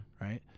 Right